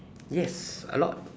yes a lot